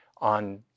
on